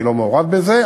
אני לא מעורב בזה,